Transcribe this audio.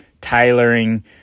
tailoring